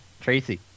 Tracy